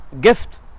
gift